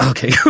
Okay